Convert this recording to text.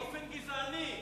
באופן גזעני,